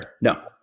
No